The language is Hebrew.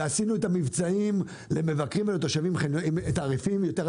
ועשינו איתם המבצעים למבקרים ולתושבים יותר אטרקטיביים,